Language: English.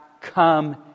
come